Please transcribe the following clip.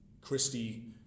Christie